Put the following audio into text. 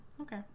Okay